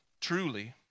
truly